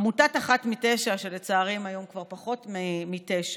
עמותת אחת מתשע, לצערי, היום כבר פחות מתשע,